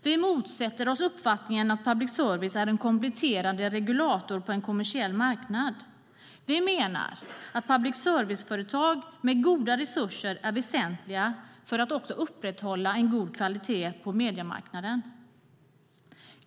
Vi motsätter oss uppfattningen att public service är en kompletterande regulator på en kommersiell marknad. Vi menar att public service-företag med goda resurser är väsentliga för att upprätthålla god kvalitet på mediemarknaden.